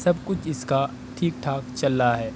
سب کچھ اس کا ٹھیک ٹھاک چل رہا ہے